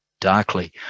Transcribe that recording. darkly